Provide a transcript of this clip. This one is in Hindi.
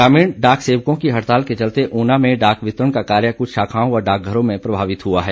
ग्रामीण डाक सेवकों की हड़ताल के चलते ऊना में डाक वितरण का कार्य कृछ शाखाओं व डाकघरों में प्रभावित हुआ है